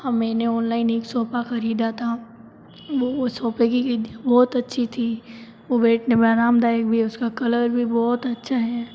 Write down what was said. हाँ मैंने ऑनलाइन एक सोफा ख़रीदा था वह सोफे की गद्दियाँ बहुत अच्छी थी वह बैठने में आरामदायक भी उसका कलर भी बहुत अच्छा है